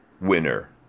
winner